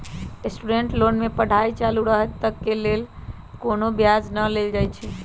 student loan में पढ़ाई चालू रहइत तक के लेल कोनो ब्याज न लेल जाइ छइ